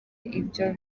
ibyo